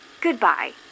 Goodbye